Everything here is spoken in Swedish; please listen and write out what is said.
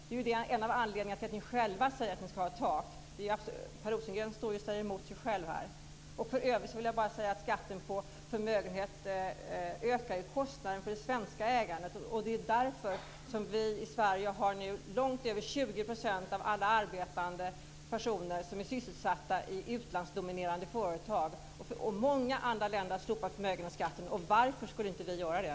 Det är ju en av anledningarna till att ni själva säger att ni ska ha ett tak. Per Rosengren står här och säger emot sig själv. För övrigt vill jag bara säga att skatten på förmögenhet ökar kostnaden för det svenska ägandet, och därför har vi i Sverige nu långt över 20 % av alla arbetande personer sysselsatta i utlandsdominerade företag. Många andra länder har slopat förmögenhetsskatten. Varför skulle inte vi göra det?